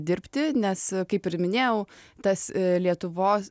dirbti nes kaip ir minėjau tas lietuvos